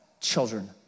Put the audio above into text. children